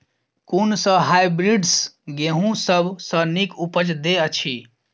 कुन सँ हायब्रिडस गेंहूँ सब सँ नीक उपज देय अछि?